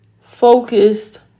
focused